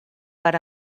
per